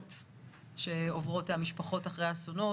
הצרות שעוברות על משפחות אחרי אסונות.